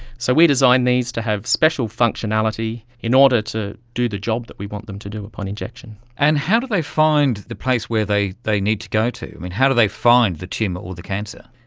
so we design these to have special functionality in order to do the job that we want them to do upon injection. and how do they find the place where they they need to go to, how do they find the tumour or the cancer?